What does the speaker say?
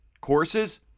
courses